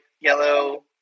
yellow